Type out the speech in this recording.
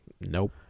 nope